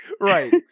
Right